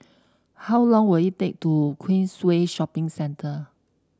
how long will it take to Queensway Shopping Centre